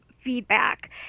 feedback